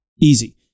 easy